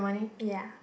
ya